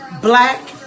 black